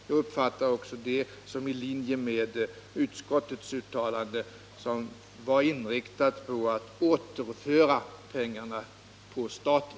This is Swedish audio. Jag uppfattar det vara i linje med utskottets uttalande, som var inriktat på att återföra pengarna till staten.